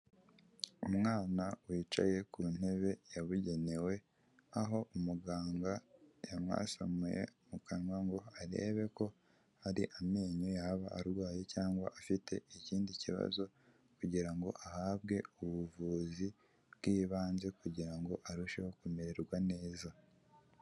Umwana wicaye ku ntebe yabugenewe aho umuganga yamwasamuye mu kanwa ngo arebe ko hari amenyo yaba arwaye cyangwa afite ikindi kibazo kugira ngo ahabwe ubuvuzi bw'ibanze kugira ngo arusheho kumererwa neza.